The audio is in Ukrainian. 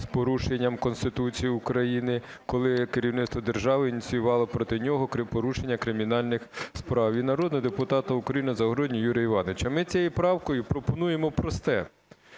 з порушенням Конституції України, коли керівництво держави ініціювало проти нього порушення кримінальних справ, і народного депутата України Загороднього Юрія Івановича. Ми цією правкою пропонуємо просте,